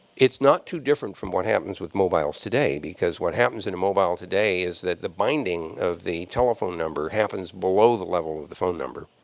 it's not too different from what happens with mobiles today, because what happens in a mobile today is that the binding of the telephone number happens below the level of the phone number.